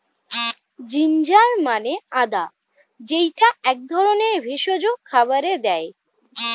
ginger মানে আদা যেইটা এক ধরনের ভেষজ খাবারে দেয়